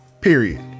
Period